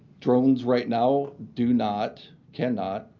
drones right now do not, cannot,